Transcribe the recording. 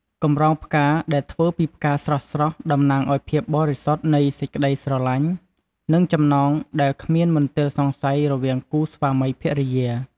កម្រងផ្កាដែលធ្វើពីផ្កាស្រស់ៗ តំណាងឱ្យភាពបរិសុទ្ធនៃសេចក្តីស្រឡាញ់ និងចំណងដែលគ្មានមន្ទិលសង្ស័យរវាងគូស្វាមីភរិយា។